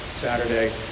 Saturday